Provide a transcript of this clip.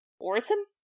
Orson